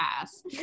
ass